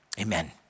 amen